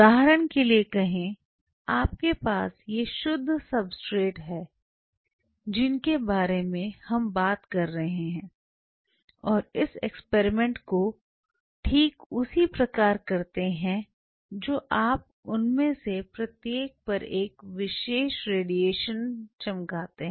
उदाहरण के लिए कहें आपके पास ये शुद्ध सब्सट्रेट हैं जिनके बारे में हम बात कर रहे हैं और इस एक्सपेरिमेंट को ठीक उसी प्रकार करते हैं जो आप उनमें से प्रत्येक पर एक विशेष रेडिएशन चमकते हैं